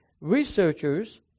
Researchers